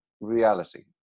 reality